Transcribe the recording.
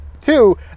two